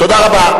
תודה רבה.